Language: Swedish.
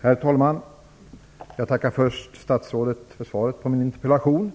Herr talman! Jag tackar först statsrådet för svaret på min interpellation.